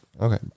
Okay